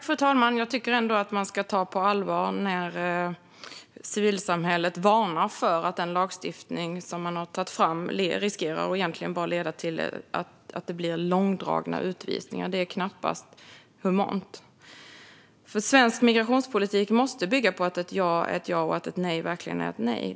Fru talman! Jag tycker ändå att man ska ta det på allvar när civilsamhället varnar för att den lagstiftning som man har tagit fram riskerar att bara leda till att det blir långdragna utvisningar. Det är knappast humant. Svensk migrationspolitik måste bygga på att ett ja är ett ja och att ett nej verkligen är ett nej.